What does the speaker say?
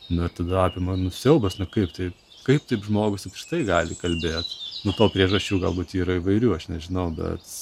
nu ir tada apima nu siaubas nu kaip tai kaip taip žmogus apskritai gali kalbėt nu to priežasčių galbūt yra įvairių aš nežinau bet